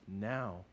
Now